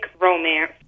romance